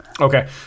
okay